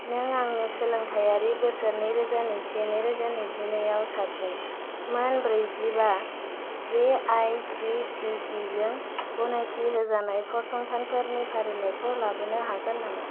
नों आंनो सोलोंथायारि बोसोर नैरोजा नैजिसे नैरोजा नैजिनैआव साबसिन मोन ब्रैजिबा एआइसिटिइजों गनायथि होजानाय फसंथानफोरनि फारिलाइखौ लाबोनो हागोन नामा